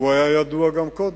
הוא היה ידוע גם קודם.